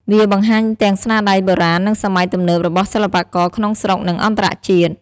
វាបង្ហាញទាំងស្នាដៃបុរាណ និងសម័យទំនើបរបស់សិល្បករក្នុងស្រុក និងអន្តរជាតិ។